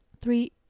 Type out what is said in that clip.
three